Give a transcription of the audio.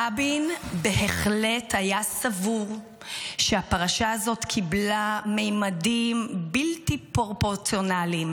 רבין בהחלט היה סבור שהפרשה הזאת קיבלה ממדים בלתי פרופורציונליים,